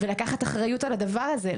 ולקחת אחריות על הדבר הזה.